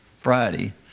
Friday